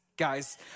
guys